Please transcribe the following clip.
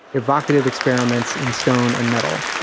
evocative experiments in stone and metal.